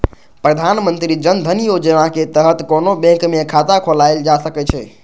प्रधानमंत्री जन धन योजनाक तहत कोनो बैंक मे खाता खोलाएल जा सकै छै